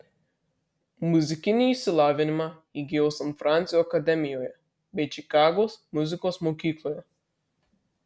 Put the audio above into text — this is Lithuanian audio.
muzikinį išsilavinimą įgijo san fransio akademijoje bei čikagos muzikos mokykloje